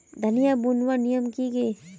धनिया बूनवार नियम की गे?